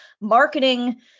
marketing